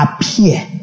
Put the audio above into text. appear